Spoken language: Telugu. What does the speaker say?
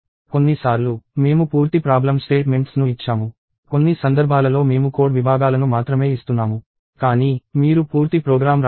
కొన్ని సార్లు మేము పూర్తి ప్రాబ్లమ్ స్టేట్మెంట్స్ ను ఇచ్చాము కొన్ని సందర్భాలలో మేము కోడ్ విభాగాలను మాత్రమే ఇస్తున్నాము కానీ మీరు పూర్తి ప్రోగ్రామ్ రాయాలి